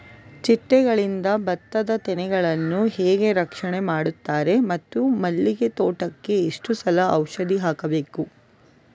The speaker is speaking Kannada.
ಚಿಟ್ಟೆಗಳಿಂದ ಭತ್ತದ ತೆನೆಗಳನ್ನು ಹೇಗೆ ರಕ್ಷಣೆ ಮಾಡುತ್ತಾರೆ ಮತ್ತು ಮಲ್ಲಿಗೆ ತೋಟಕ್ಕೆ ಎಷ್ಟು ಸಲ ಔಷಧಿ ಹಾಕಬೇಕು?